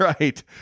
right